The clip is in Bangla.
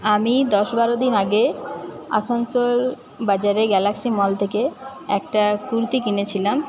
আমি দশ বারো দিন আগে আসানসোল বাজারে গ্যালাক্সি মল থেকে একটা কুর্তি কিনেছিলাম